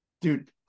dude